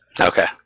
Okay